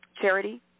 charity